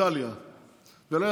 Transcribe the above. עם פחות זיהום אוויר,